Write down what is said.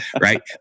right